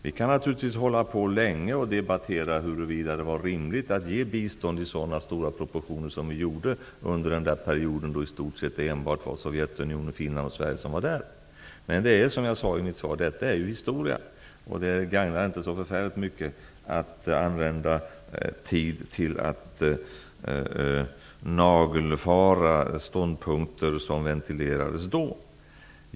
Vi kan naturligtvis länge diskutera huruvida det var rimligt att vi gav bistånd i så stora proportioner som skedde under den period då det var i stort sett bara Sovjetunionen, Finland och Sverige som var där, men detta är, som jag sade i mitt svar, historia. Det gagnar inte så mycket att använda till att nagelfara ståndpunkter som ventilerades då.